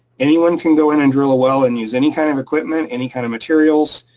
anyone can go in and drill a well and use any kind of equipment, any kind of materials,